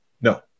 no